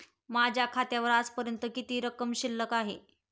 माझ्या खात्यावर आजपर्यंत किती रक्कम शिल्लक आहे?